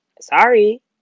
sorry